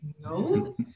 no